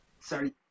sorry